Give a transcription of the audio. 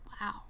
Wow